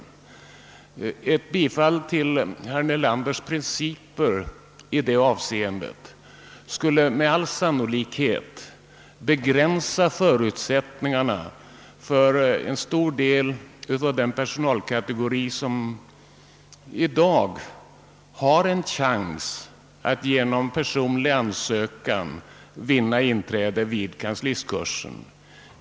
Ett bifall till herr Nelanders principer i detta hänseende skulle med all sannolikhet begränsa förutsättningarna för en stor del av den personalkategori, som i dag har en chans att genom personlig ansökan vinna inträde vid kanslistkursen, att få kanslistutbildning.